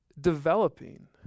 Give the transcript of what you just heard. developing